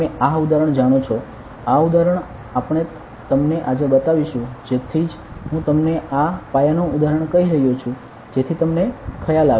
તમે આ ઉદાહરણ જાણો છો આ ઉદાહરણ આપણે તમને આજે બતાવીશું તેથી જ હું તમને આ પાયાનુ ઉદાહરણ કહી રહ્યો છું જેથી તમને ખ્યાલ આવે